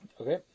Okay